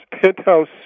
penthouse